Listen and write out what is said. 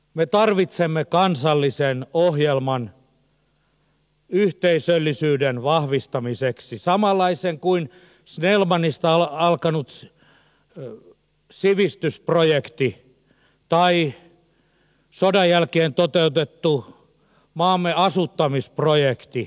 me tarvitsemme kansallisen ohjelman yhteisöllisyyden vahvistamiseksi samanlaisen kuin snellmanista alkanut sivistysprojekti tai sodan jälkeen toteutettu maamme asuttamisprojekti